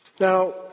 Now